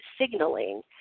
signaling